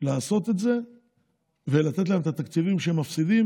לעשות את זה ולתת להם את התקציבים שהם מפסידים,